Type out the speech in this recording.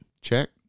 Check